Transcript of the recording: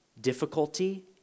Difficulty